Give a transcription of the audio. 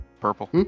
Purple